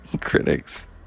critics